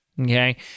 okay